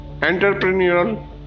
entrepreneurial